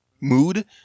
mood